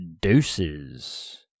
Deuces